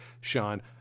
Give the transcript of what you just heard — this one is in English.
Sean